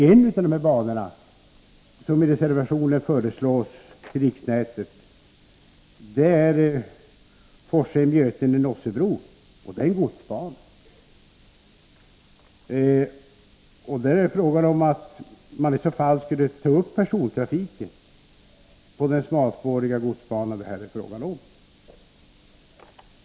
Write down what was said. En av de banor som i reservationen föreslås överförd till riksnätet är Forshem-Götene-Nossebro. Det är en godsbana, och i det här fallet skulle man alltså ta upp persontrafiken på den smalspåriga godsbana som det är fråga om här.